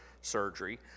surgery